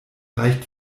reicht